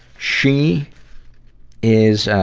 she is,